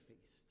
feast